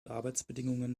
arbeitsbedingungen